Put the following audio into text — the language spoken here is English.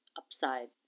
upside